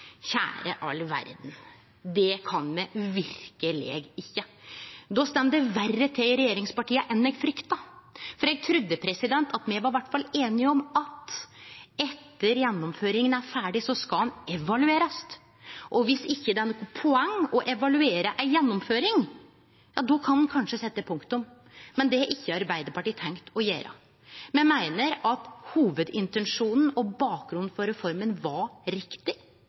Kjære all verda, det kan me verkeleg ikkje! Då står det verre til i regjeringspartiet enn eg frykta. Eg trudde at me iallfall var einige om at etter at gjennomføringa er ferdig, skal ein evaluere. Dersom det ikkje er noko poeng i å evaluere ei gjennomføring, ja, då kan ein kanskje setje punktum, men det har ikkje Arbeidarpartiet tenkt å gjere. Me meiner at hovudintensjonen og bakgrunnen for reforma var riktig,